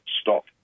stop